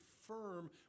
firm